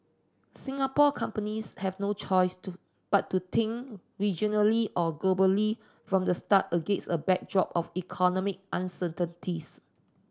Singapore companies have no choice to but to think regionally or globally from the start against a backdrop of economic uncertainties